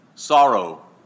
Sorrow